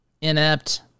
inept